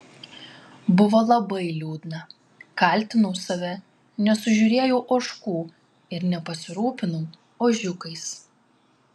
buvo labai liūdna kaltinau save nesužiūrėjau ožkų ir nepasirūpinau ožiukais